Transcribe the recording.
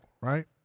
right